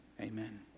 Amen